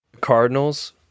Cardinals